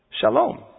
Shalom